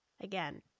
Again